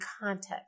context